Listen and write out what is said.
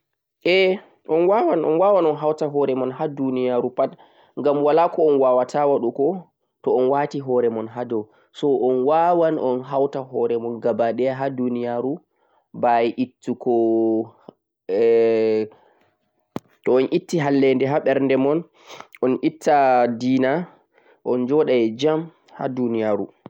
Ae onwawan on hauta horemon ha duniyaru pat ngam walako on wawata waɗugo to'on wati horemon on'etta ngaigu, hallenɗe, ndina ha berɗe mon sai onjoɗa jam